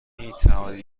میتوانید